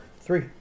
Three